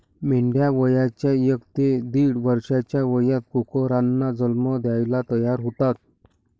मेंढ्या वयाच्या एक ते दीड वर्षाच्या वयात कोकरांना जन्म द्यायला तयार होतात